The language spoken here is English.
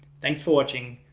thanks for watching,